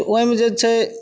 तऽ ओहिमे जे छै